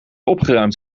opgeruimd